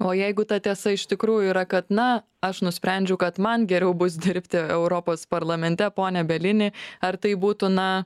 o jeigu ta tiesa iš tikrųjų yra kad na aš nusprendžiau kad man geriau bus dirbti europos parlamente pone bielini ar tai būtų na